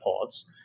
pods